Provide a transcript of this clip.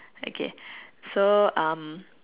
okay so um